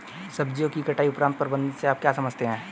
सब्जियों की कटाई उपरांत प्रबंधन से आप क्या समझते हैं?